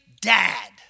dad